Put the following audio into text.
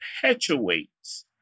perpetuates